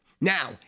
Now